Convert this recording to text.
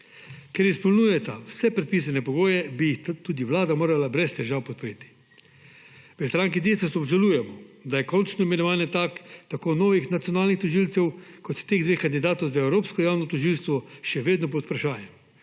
Ker izpolnjujeta vse predpisane pogoje, bi ju tudi Vlada morala brez težav podpreti. V stranki Desus obžalujemo, da je končno imenovanje tako novih nacionalnih tožilcev kot teh dveh kandidatov za Evropsko javno tožilstvo še vedno pod vprašanjem,